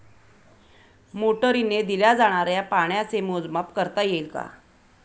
मोटरीने दिल्या जाणाऱ्या पाण्याचे मोजमाप करता येईल का?